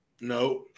no